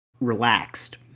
relaxed